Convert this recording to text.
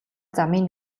замын